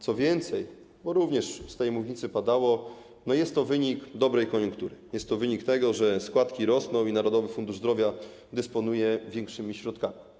Co więcej - również z tej mównicy to padało - jest to wynik dobrej koniunktury, jest to wynik tego, że składki rosną i Narodowy Fundusz Zdrowia dysponuje większymi środkami.